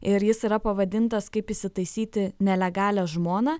ir jis yra pavadintas kaip įsitaisyti nelegalią žmoną